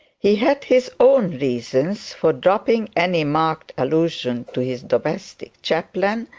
he had his own reasons for dropping any marked allusion to his domestic chaplain,